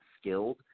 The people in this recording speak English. skilled